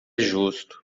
justo